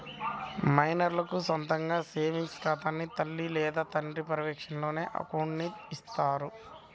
మైనర్లకు సొంతగా సేవింగ్స్ ఖాతాని తల్లి లేదా తండ్రి పర్యవేక్షణలోనే అకౌంట్ని ఇత్తారు